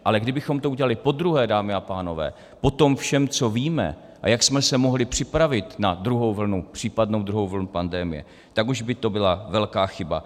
Ale kdybychom to udělali podruhé, dámy a pánové, po tom všem, co víme a jak jsme se mohli připravit na případnou druhou vlnu pandemie, tak už by to byla velká chyba.